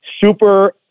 super